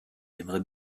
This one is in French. aimerait